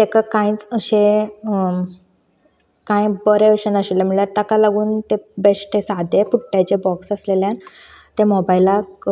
ताका कांयच अशें कांय बरें अशें नाशिल्लें म्हणल्यार ताका लागून तें बेश्टें सादें पुट्ट्याचें बॉक्सा आसलेल्यान ते मोबायलाक